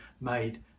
made